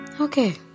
Okay